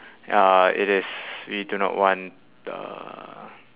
uh it is we do not want the